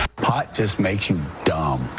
pot just makes you dumb.